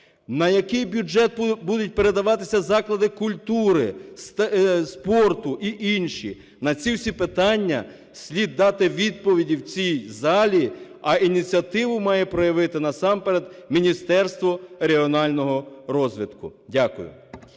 На який бюджет будуть передаватися заклади культури, спорту і інші? На ці всі питання слід дати відповіді в цій залі, а ініціативу має проявити насамперед Міністерство регіонального розвитку. Дякую.